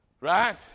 Right